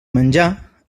menjar